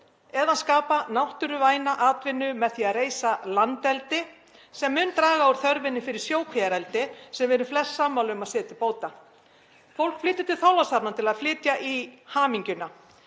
eða skapa náttúruvæna atvinnu með því að reisa landeldi sem mun draga úr þörfinni fyrir sjókvíaeldi, sem við erum flest sammála um að sé til bóta. Fólk flytur til Þorlákshafnar til að flytja í hamingjuna